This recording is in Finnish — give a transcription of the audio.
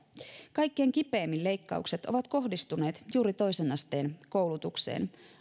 kaikkein kipeimmin leikkaukset ovat kohdistuneet juuri toisen asteen koulutukseen